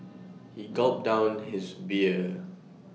he gulped down his beer